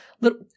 little